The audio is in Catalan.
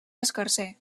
escarser